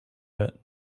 yet